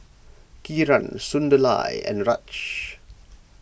Kiran Sunderlal and Raj